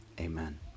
Amen